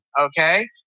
Okay